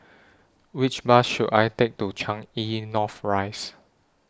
Which Bus should I Take to Changi North Rise